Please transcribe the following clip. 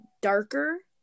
darker